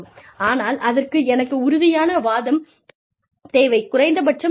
ஆனால் அதற்கு எனக்கு உறுதியான வாதம் தேவை குறைந்தபட்சம்